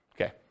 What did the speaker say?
Okay